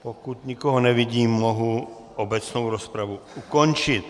Pokud nikoho nevidím, mohu obecnou rozpravu ukončit.